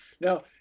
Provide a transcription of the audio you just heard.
Now